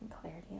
clarity